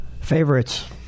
favorites